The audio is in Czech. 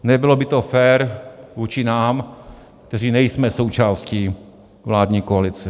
Nebylo by to fér vůči nám, kteří nejsme součástí vládní koalice.